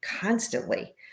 constantly